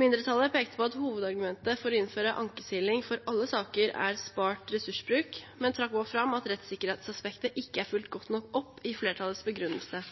Mindretallet pekte på at hovedargumentet for å innføre ankesiling for alle saker er spart ressursbruk, men trakk også fram at rettssikkerhetsaspektet ikke er fulgt godt nok opp i flertallets begrunnelse.